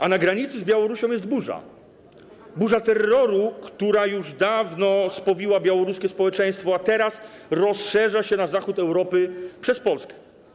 A na granicy z Białorusią jest burza, burza terroru, która już dawno spowiła białoruskie społeczeństwo, a teraz rozszerza się na zachód Europy przez Polskę.